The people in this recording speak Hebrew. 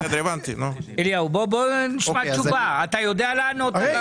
אליהו בוא נשמע תשובה, אתה יודע לענות?